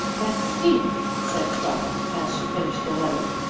esteem! said clara, as she finished the letter.